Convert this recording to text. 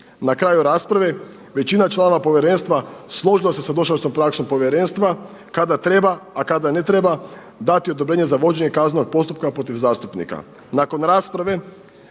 Na kraju rasprave većina članova povjerenstva složilo se sa dosadašnjom praksom povjerenstva kada treba, a kada ne treba dati odobrenje za vođenje kaznenog postupka protiv zastupnika.